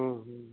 હમ્મ હમ્મ